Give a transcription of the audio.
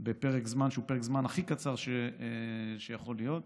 בפרק זמן שהוא פרק זמן הכי קצר שיכול להיות.